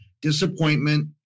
disappointment